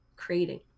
creating